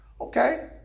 Okay